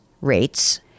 rates